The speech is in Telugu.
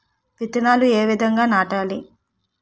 విత్తనాలు ఏ విధంగా నాటాలి?